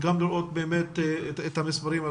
ושנראה את המספרים.